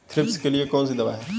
Thrips के लिए कौन सी दवा है?